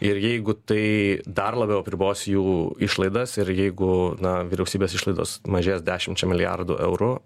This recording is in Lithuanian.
ir jeigu tai dar labiau apribos jų išlaidas ir jeigu na vyriausybės išlaidos mažės dešimčia milijardų eurų